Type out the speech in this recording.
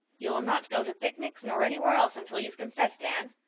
you'll not go to picnics nor anywhere else until you've confessed, anne.